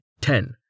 Ten